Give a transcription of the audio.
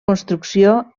construcció